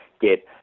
get